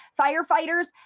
Firefighters